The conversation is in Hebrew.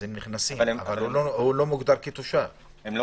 אז הם נכנסים,